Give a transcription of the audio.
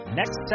next